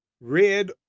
red